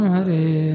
Hare